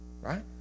Right